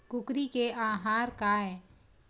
कुकरी के आहार काय?